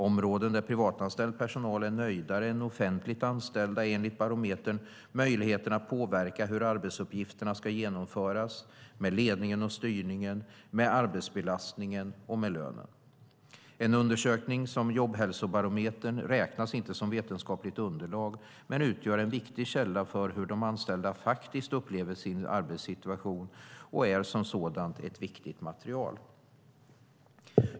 Områden där privatanställd personal är nöjdare än offentligt anställda är enligt barometern möjligheten att påverka hur arbetsuppgifterna ska genomföras, ledningen och styrningen, arbetsbelastningen och lönen. En undersökning som Jobbhälsobarometern räknas inte som vetenskapligt underlag men utgör en viktig källa för hur de anställda faktiskt upplever sin arbetssituation och är som sådant ett viktigt material.